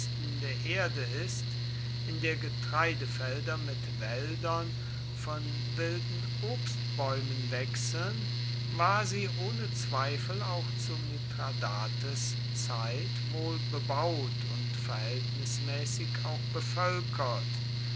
der erde ist in der getreidefelder mit wäldern von wilden obstbäumen wechseln war sie ohne zweifel auch zu mithradates zeit wohl bebaut und verhältnismäßig auch bevölkert